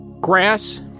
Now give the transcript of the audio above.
Grass